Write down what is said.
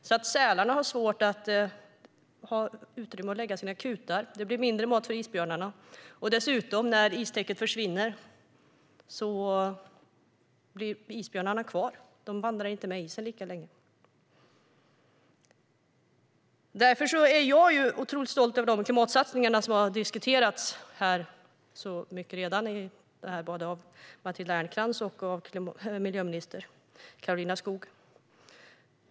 Sälarna får svårare att hitta utrymme för sina kutar. Det blir mindre mat för isbjörnarna. När istäcket försvinner blir isbjörnarna kvar. De vandrar inte med isen lika länge. Därför är jag otroligt stolt över de klimatsatsningar som har diskuterats här av både Matilda Ernkrans och miljöminister Karolina Skog.